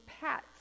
pets